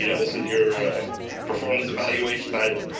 yeah this is your performance evaluation item,